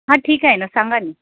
हां ठीक आहे ना सांगा ना